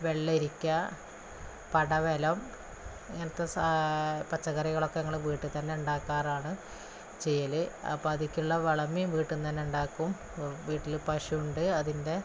വെള്ളരിക്ക പടവലം ഇങ്ങനത്തെ പച്ചക്കറികളൊക്കെ ഞങ്ങൾ വീട്ടിൽ തന്നെ ഉണ്ടാക്കാറാണ് ചെയ്യൽ അപ്പം അതിലേക്കുള്ള വളം വീട്ടിലേക്ക് തന്നെ ഉണ്ടാക്കും വീട്ടിൽ പശുവുണ്ട് അതിൻ്റെ